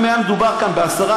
אם היה מדובר כאן ב-10,